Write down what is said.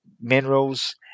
minerals